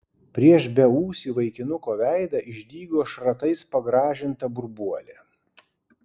prieš beūsį vaikinuko veidą išdygo šratais pagrąžinta burbuolė